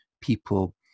people